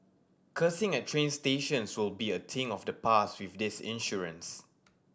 cursing at train stations will be a thing of the past with this insurance